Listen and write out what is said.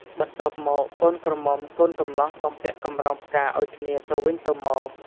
បន្ទាប់់មកកូនក្រមុំកូនកំលោះបំពាក់កម្រងផ្កាអោយគ្នាទៅវិញទៅមក ។